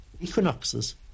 equinoxes